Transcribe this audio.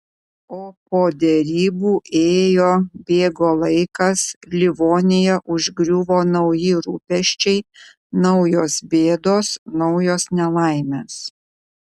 o po derybų ėjo bėgo laikas livoniją užgriuvo nauji rūpesčiai naujos bėdos naujos nelaimės